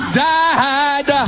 died